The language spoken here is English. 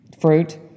fruit